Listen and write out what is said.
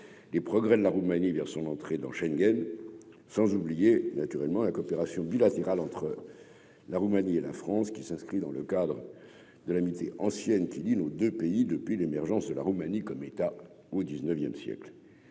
les progrès de la Roumanie vers son entrée dans Schengen, sans oublier, naturellement, la coopération bilatérale entre la Roumanie et la France qui s'inscrit dans le cadre de l'amitié ancienne qui lie nos 2 pays depuis l'émergence de la Roumanie comme État au 19ème siècle,